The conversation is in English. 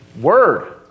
word